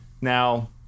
now